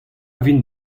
vin